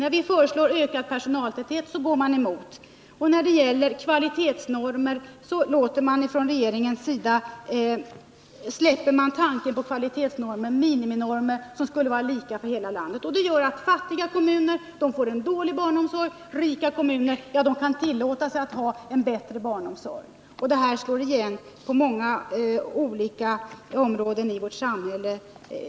När vi föreslår ökad personaltäthet går man emot, och när det gäller kvalitetsnormer släpper regeringen tanken på miniminormer, vilka skulle vara lika för hela landet. Detta gör att fattiga kommuner får en dålig barnomsorg, medan rika kommuner kan tillåta sig att ha en bättre barnomsorg. Det här slår igenom på många olika områden i vårt samhälle.